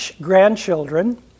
grandchildren